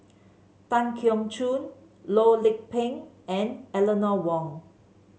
Tan Keong Choon Loh Lik Peng and Eleanor Wong